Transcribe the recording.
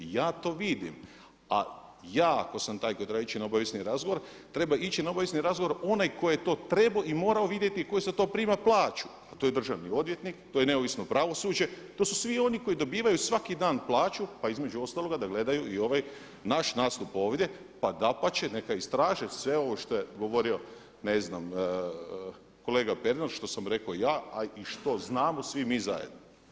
Ja to vidim, a ja ako sam taj koji treba ići na obavijesni razgovor, treba ići na obavijesni razgovor onaj koji je to trebao i morao vidjeti i koji za to prima plaću, a to je državni odvjetnik, to je neovisno pravosuđe, to su svi oni koji dobivaju svaki dan plaću pa između ostaloga da gledaju i ovaj naš nastup ovdje, pa dapače neka istraže sve ovo što je govorio ne znam kolega Pernar, što sam rekao ja, a i što znamo svi mi zajedno.